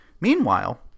Meanwhile